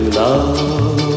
love